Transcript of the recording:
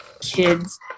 kids